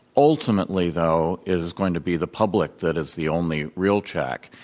ultimately though, it is going to be the public that is the only real check.